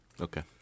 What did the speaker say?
Okay